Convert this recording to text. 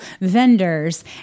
vendors